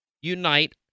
unite